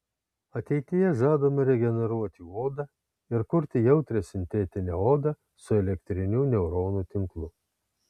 ateityje žadama regeneruoti odą ir kurti jautrią sintetinę odą su elektriniu neuronų tinklu